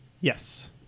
Yes